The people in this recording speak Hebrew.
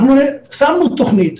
אנחנו שמנו תוכנית,